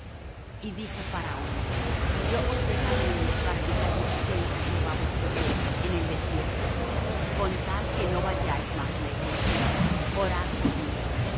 y dijo faraón yo os dejaré ir para que sacrifiquéis á jehová vuestro dios en el desierto con tal que no vayáis más lejos orad por mí